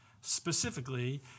specifically